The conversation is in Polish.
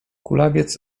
kulawiec